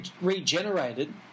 regenerated